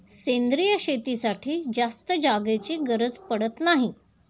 सेंद्रिय शेतीसाठी जास्त जागेची गरज पडत नाही